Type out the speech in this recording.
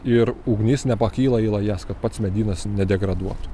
ir ugnis nepakyla į lajas kad pats medynas nedegraduotų